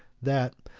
that,